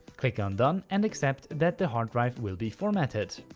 click on done and accept that the hard drive will be formatted.